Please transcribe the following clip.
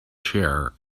chair